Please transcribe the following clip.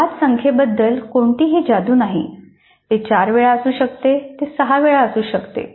पाच संख्येबद्दल कोणतीही जादू नाही ते चार वेळा असू शकते ते सहा वेळा असू शकते